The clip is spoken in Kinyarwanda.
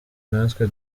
natwe